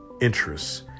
interests